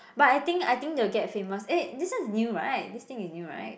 but I think I think they will get famous eh this one is new right this thing is new right